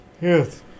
Yes